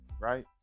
right